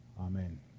Amen